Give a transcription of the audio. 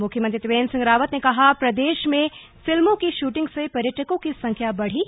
मुख्यमंत्री त्रिवेंद्र सिंह रावत ने कहा प्रदेश में फिल्मों की शूटिंग से पर्यटकों की संख्या बढ़ी